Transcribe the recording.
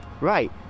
right